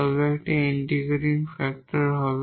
তবে একটি integrating factor হবে